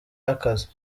y’akazi